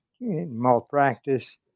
malpractice